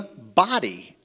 body